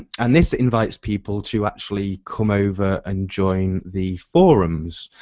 and this invites people to actually come over and join the forums.